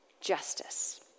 justice